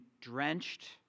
drenched